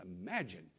imagine